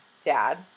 dad